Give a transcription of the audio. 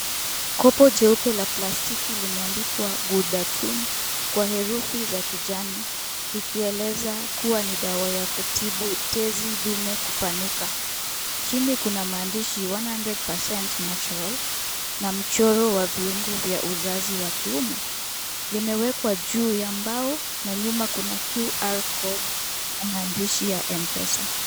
Kopo jeupe la plastiki limeandikwa Gudatun kwa herufi za kijani likieleza kuwa ni dawa ya kutibu tezi dume kupanuka. Chini kuna mahandishi 100% Natural na mchoro wa viungo vya uzazi wa kiume limewekwa juu ya mbao na nyuma kuna Qr Code na mahandishi ya Mpesa.